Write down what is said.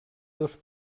dos